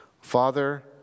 Father